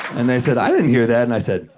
and they said, i didn't hear that. and i said,